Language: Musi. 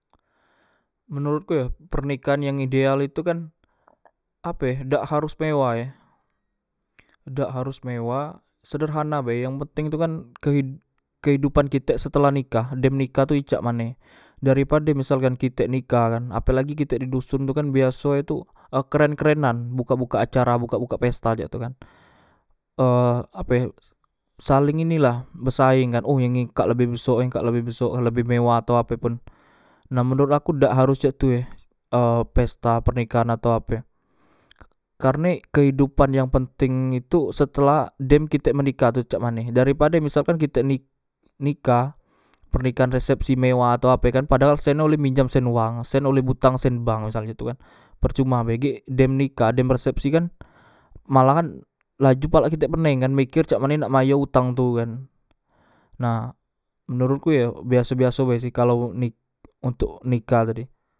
Menorotku yo pernikahan yang ideal itu kan ape e dak harus mewah ye dak harus mewah sederahana be yang penteng itu kan kehidopan kitek setelah nikah dem nikah tu cak mane dari pade misalkan kite nikah kan apelagi kitek di dosontu kan biaso e tu ekeren kerenan bukak bukak acara bukak bukak pesta cak itu kan e ape e saling ini lah saling besaeng oh yang ikak lebih besok yang ikak lebih besok lebih mewah ato apepun nah menorot aku dak harus cak itu e e pesta pernikahan atau ape karnek kehidupan yang penteng itu setelah dem kitek menikah itu cak mane dari pade misalkan kite nik nikah pernikahan resepsi mewah atau ape kan padahal senlo minjam sen wang senlo utang sen bank misal cak tu kan percuma be gek dem nikah dem resepsi kan malahan lajuk palak kitek peneng kan meker cak mane nak bayo utang tu kan nah menorotku yo biaso biaso bae si kalo nik ontok nikah tadi